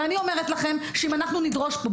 ואני אומרת לכם שאם נדרוש פה,